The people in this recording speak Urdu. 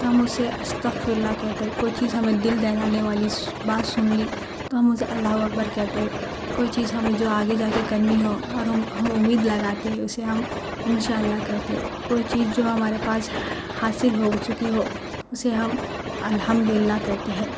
تو ہم اسے استغفراللہ کہتے کوئی چیز ہمیں دل دہلانے والی بات سن لی تو ہم اسے اللہ اکبر کہتے ہیں کوئی چیز ہمیں جو آگے جا کے کرنی ہو اور ہم ہم امید لگاتے ہے اسے ہم ان شاء اللہ کہتے ہے کوئی چیز جو ہمارے پاس حاصل ہو چکی ہو اسے ہم الحمدللہ کہتے ہیں